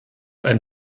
ein